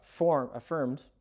affirmed